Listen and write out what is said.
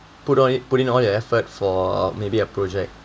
put on it put in all your effort for maybe a project